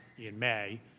in may